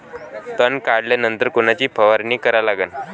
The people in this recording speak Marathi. तन काढल्यानंतर कोनची फवारणी करा लागन?